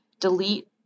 delete